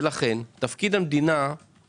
לכן תפקיד המדינה הוא